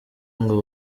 ngo